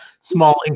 small